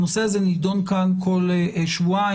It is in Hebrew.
הנושא הזה נידון כאן כל שבועיים.